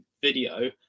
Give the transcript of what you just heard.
video